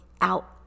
out